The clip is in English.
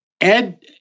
Ed